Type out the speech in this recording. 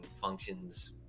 functions